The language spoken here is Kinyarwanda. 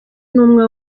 n’umwe